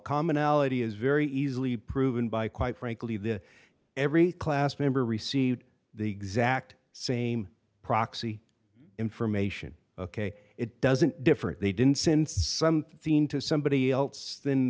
commonality is very easily proven by quite frankly the every class member received the exact same proxy information ok it doesn't different they didn't since some seem to somebody else than